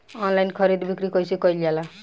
Online खरीद बिक्री कइसे कइल जाला?